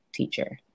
teacher